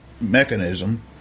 mechanism